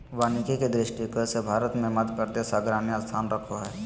वानिकी के दृष्टिकोण से भारत मे मध्यप्रदेश अग्रणी स्थान रखो हय